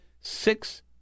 Six